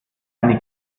eine